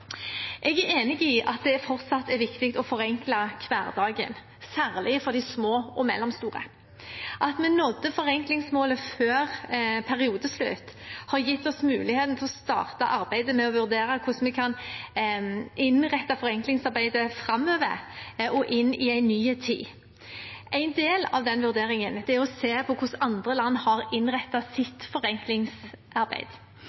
at det fortsatt er viktig å forenkle hverdagen, særlig for de små og mellomstore. At vi nådde forenklingsmålet før periodeslutt, har gitt oss muligheten til å starte arbeidet med å vurdere hvordan vi kan innrette forenklingsarbeidet framover og inn i en ny tid. En del av den vurderingen er å se på hvordan andre land har